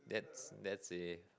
that's that's it